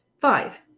Five